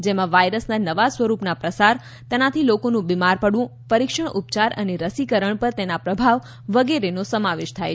જેમાં વાયરસના નવા સ્વરૂપના પ્રસાર તેનાથી લોકોનું બિમાર પડવું પરીક્ષણ ઉપચાર અને રસીકરણ પર તેના પ્રભાવ વગેરેનો સમાવેશ થાય છે